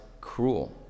cruel